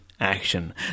Action